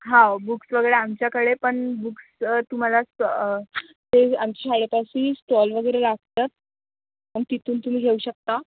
हाव books वगैरे आमच्याकडे पण बुक्स तुम्हालाच देईन शाळेतच फ्री स्टॉल वगैरे असतात आणि तिथून तुम्ही घेऊ शकता